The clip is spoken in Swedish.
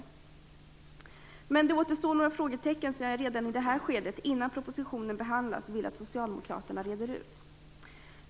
Men några frågetecken återstår. Jag vill att Socialdemokraterna rätar ut dem redan i det här skedet - innan propositionen behandlas.